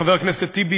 חבר הכנסת טיבי,